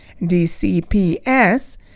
DCPS